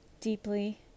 deeply